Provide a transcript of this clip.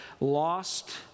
lost